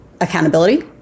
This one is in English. accountability